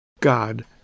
God